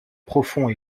profonds